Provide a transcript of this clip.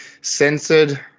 censored